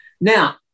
Now